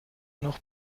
noch